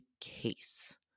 case